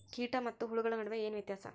ಕೇಟ ಮತ್ತು ಹುಳುಗಳ ನಡುವೆ ಏನ್ ವ್ಯತ್ಯಾಸ?